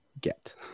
get